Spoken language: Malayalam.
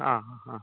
ആ ആ ആ